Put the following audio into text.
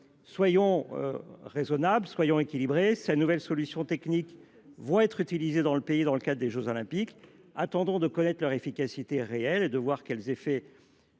Soyons raisonnables et mesurés. Ces nouvelles solutions techniques seront utilisées dans le pays lors des jeux Olympiques. Attendons de connaître leur efficacité réelle et de voir quels effets